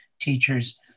teachers